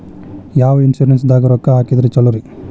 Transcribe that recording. ಯಾವ ಇನ್ಶೂರೆನ್ಸ್ ದಾಗ ರೊಕ್ಕ ಹಾಕಿದ್ರ ಛಲೋರಿ?